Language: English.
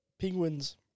penguins